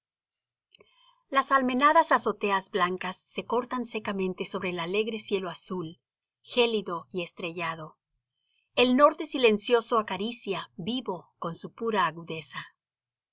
las almenadas azoteas blancas se cortan secamente sobre el alegre cielo azul gélido y estrellado el norte silencioso acaricia vivo con su pura agudeza